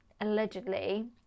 allegedly